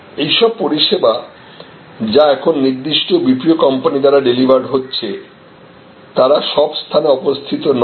এইসব পরিষেবা যা এখন নির্দিষ্ট BPO কোম্পানি দ্বারা ডেলিভার্ড হচ্ছে তারা সব স্থানে অবস্থিত নয়